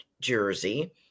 Jersey